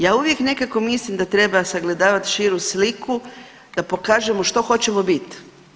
Ja uvijek nekako mislim da treba sagledavati širu sliku da pokažemo što hoćemo bit.